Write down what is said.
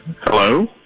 Hello